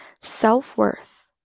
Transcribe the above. self-worth